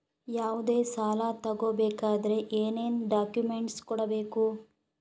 ಯಾವುದೇ ಸಾಲ ತಗೊ ಬೇಕಾದ್ರೆ ಏನೇನ್ ಡಾಕ್ಯೂಮೆಂಟ್ಸ್ ಕೊಡಬೇಕು?